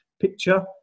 picture